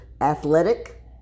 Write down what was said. athletic